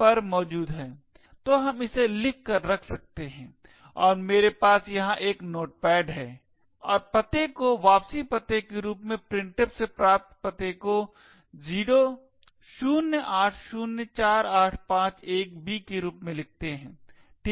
पर मौजूद है तो हम इसे लिख कर रख सकते हैं और मेरे पास यहां एक नोटपैड है और पते को वापसी पते के रूप में printf से प्राप्त पते को 0804851b के रूप में लिखते है ठीक